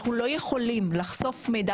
אנחנו לא יכולים לחשוף מידע,